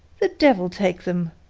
the devil take them!